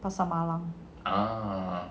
pasar malam